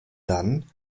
dann